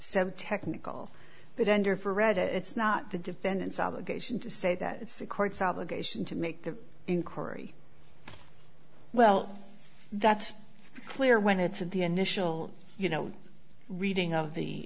some technical but under for read it it's not the defendant's obligation to say that it's the court's obligation to make the inquiry well that's clear when it's at the initial you know reading of the